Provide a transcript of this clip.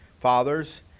fathers